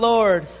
Lord